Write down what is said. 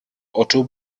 otto